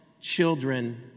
children